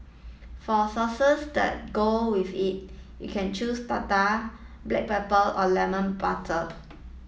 for sauces that go with it you can choose tartar black pepper or lemon butter